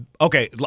Okay